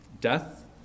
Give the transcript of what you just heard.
Death